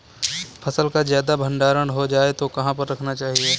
फसल का ज्यादा भंडारण हो जाए तो कहाँ पर रखना चाहिए?